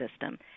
System